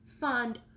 fund